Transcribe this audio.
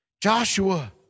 Joshua